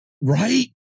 right